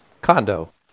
condo